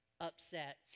upset